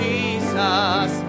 Jesus